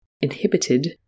inhibited